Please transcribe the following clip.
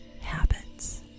habits